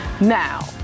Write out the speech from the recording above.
Now